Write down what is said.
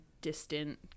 distant